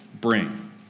bring